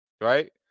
right